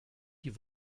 die